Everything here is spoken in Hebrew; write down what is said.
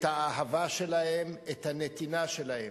את האהבה שלהם, את הנתינה שלהם.